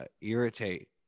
irritate